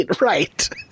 right